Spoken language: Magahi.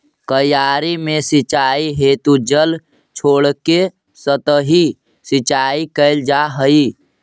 क्यारी में सिंचाई हेतु जल छोड़के सतही सिंचाई कैल जा हइ